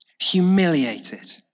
humiliated